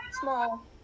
small